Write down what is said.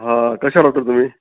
कशें हा डॉक्टर तुमी